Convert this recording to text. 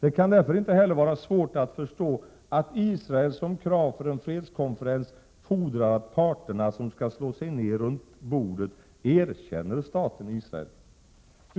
Det kan därför inte heller vara svårt att förstå att Israel som krav för en fredskonferens fordrar att parterna som skall slå sig ner runt bordet erkänner staten Israel.